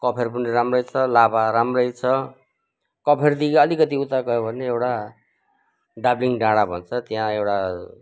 कफेर पनि राम्रै छ लाबा राम्रै छ कफेरदेखि अलिकति उता गयो भने एउटा डाबलिङ डाँडा भन्छ त्यहाँ एउटा